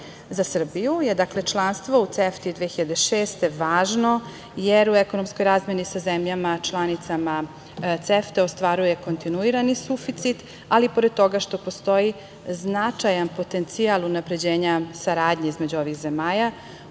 Srbiju je članstvo u CEFTA 2006 važno, jer u ekonomskoj razmeni sa zemljama članicama CEFTA ostvaruje kontinuirani suficit, ali pored toga što postoji značajan potencijal unapređenja saradnje između ovih zemalja,